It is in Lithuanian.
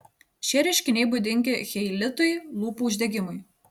šie reiškiniai būdingi cheilitui lūpų uždegimui